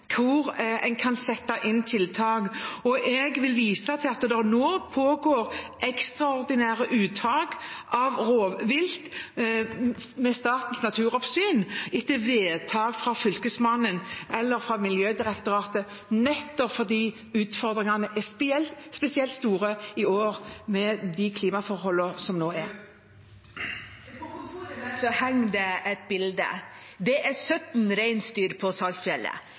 hvor en kan sette inn tiltak. Jeg vil vise til at det nå pågår ekstraordinære uttak av rovvilt ved Statens naturoppsyn etter vedtak fra Fylkesmannen eller Miljødirektoratet, nettopp fordi utfordringene er spesielt store i år, med de klimaforholdene som rår. På kontoret mitt henger det et bilde. Det viser 17 reinsdyr på Saltfjellet.